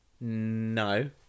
no